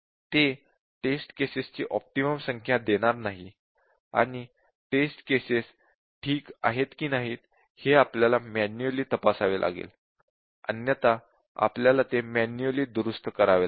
ते test cases ची optimum संख्या देणार नाही आणि टेस्ट केसेस ठीक आहेत की नाही हे आपल्याला मॅन्युअली तपासावे लागेल अन्यथा आपल्याला ते मॅन्युअली दुरुस्त करावे लागेल